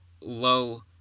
low